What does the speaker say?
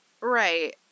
Right